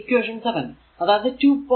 ഇനി ഇക്വേഷൻ 7 അതായതു 2